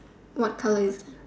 what colour is it